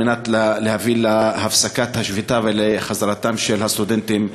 כדי להביא להפסקת השביתה ולחזרתם של הסטודנטים ללימודים?